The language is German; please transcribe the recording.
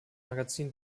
magazin